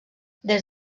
des